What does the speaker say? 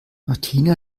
martina